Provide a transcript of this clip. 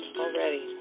already